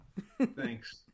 thanks